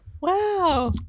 Wow